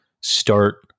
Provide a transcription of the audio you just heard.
start